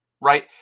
right